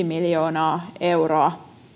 miljoonaa euroa